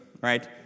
right